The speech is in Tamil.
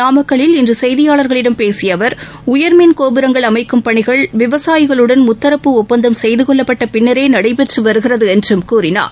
நாமக்கல்லில் இன்று செய்தியாளர்களிடம் பேசிய அவர் உயர்மின் கோபுரங்கள் அமைக்கும் பணிகள் விவசாயிகளுடன் முத்தரப்பு ஒப்பந்தம் செய்துகொள்ளப்பட்ட பின்னரே நடைபெற்று வருகிறது என்றும் கூறினார்